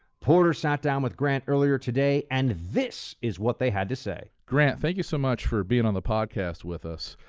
porter sat down with grant earlier today and this is what they had to say. porter grant, thank you so much for being on the podcast with us.